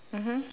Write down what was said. mmhmm